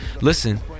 Listen